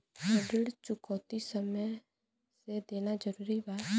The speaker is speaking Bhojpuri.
ऋण चुकौती समय से देना जरूरी बा?